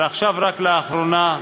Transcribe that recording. ועכשיו, רק לאחרונה,